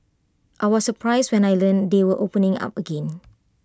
I was surprised when I learnt they were opening up again